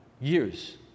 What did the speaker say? years